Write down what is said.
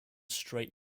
straight